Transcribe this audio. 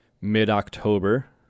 mid-October